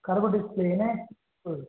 curve display है ना फूल